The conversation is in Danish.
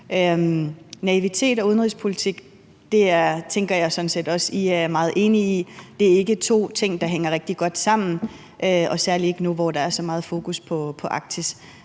naivitet og udenrigspolitik tænker jeg sådan set også I er meget enige i. Det er ikke to ting, der hænger rigtig godt sammen, og særlig ikke nu, hvor der er så meget fokus på Arktis.